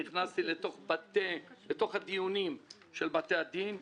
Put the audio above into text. נכנסתי אל תוך הדיונים של בתי הדין.